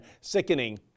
Sickening